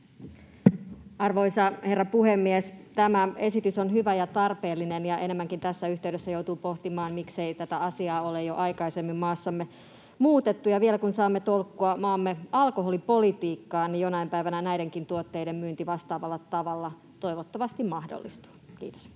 Arvoisa herra puhemies! Tämä esitys on hyvä ja tarpeellinen, ja enemmänkin tässä yhteydessä joutuu pohtimaan, miksei tätä asiaa ole jo aikaisemmin maassamme muutettu. Vielä kun saamme tolkkua maamme alkoholipolitiikkaan, niin jonain päivänä näidenkin tuotteiden myynti vastaavalla tavalla toivottavasti mahdollistuu. — Kiitos.